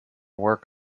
work